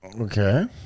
Okay